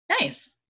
nice